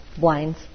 wines